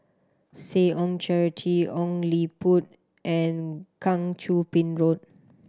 Seh Ong Charity Ong Liput and Kang Choo Bin Road